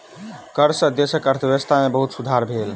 कर सॅ देशक अर्थव्यवस्था में बहुत सुधार भेल